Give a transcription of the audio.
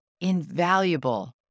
invaluable